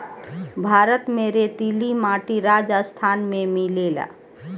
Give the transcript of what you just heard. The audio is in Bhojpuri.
भारत में रेतीली माटी राजस्थान में मिलेला